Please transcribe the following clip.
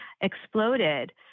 exploded